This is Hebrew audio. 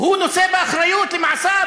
הוא נושא באחריות למעשיו,